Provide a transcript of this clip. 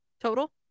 total